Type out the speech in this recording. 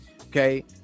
Okay